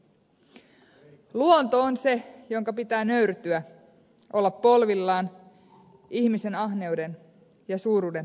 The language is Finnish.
luonto on se jonka pitää nöyrtyä olla polvillaan ihmisen ahneuden ja suuruudentavoittelun edessä